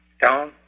down